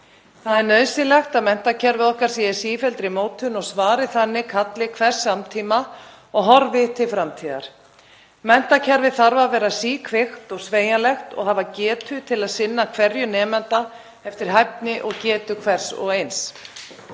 Það er nauðsynlegt að menntakerfið sé í sífelldri mótun og svari þannig kalli hvers samtíma og horfi til framtíðar. Menntakerfið þarf að vera síkvikt og sveigjanlegt og hafa getu til að sinna hverjum nemanda eftir hæfni og getu hvers og eins.